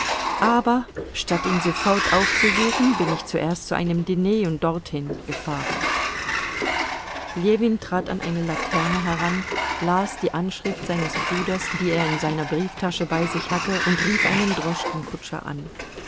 aber statt ihn sofort aufzusuchen bin ich zuerst zu einem diner und dorthin gefahren ljewin trat an eine laterne heran las die anschrift seines bruders die er in seiner brieftasche bei sich hatte und rief einen droschkenkutscher an